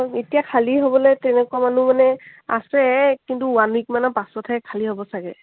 অঁ এতিয়া খালী হ'বলে তেনেকুৱা মানুহ মানে আছে কিন্তু ওৱান উইক মানৰ পাছত হে খালী হ'ব চাগে